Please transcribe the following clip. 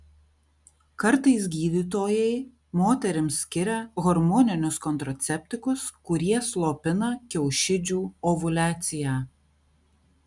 kartais gydytojai moterims skiria hormoninius kontraceptikus kurie slopina kiaušidžių ovuliaciją